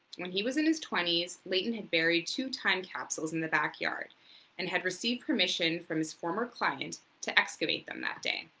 when he was in his twenty s, layton and buried two time capsules in the backyard and received permission from his former client to excavate them that day.